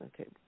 Okay